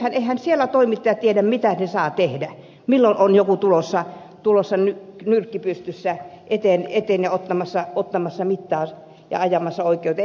eihän siellä toimittajat tiedä mitä he saavat tehdä milloin on joku tulossa nyrkki pystyssä eteen ja ottamassa mittaa ja ajamassa oikeuteen